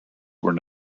were